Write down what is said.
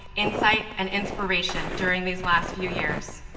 insight, and inspiration during these last few years.